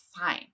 fine